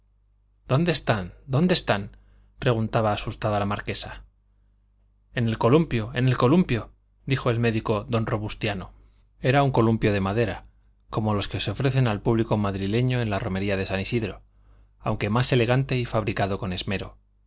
dónde están dónde están preguntaba asustada la marquesa en el columpio en el columpio dijo el médico don robustiano era un columpio de madera como los que se ofrecen al público madrileño en la romería de san isidro aunque más elegante y fabricado con esmero